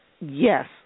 Yes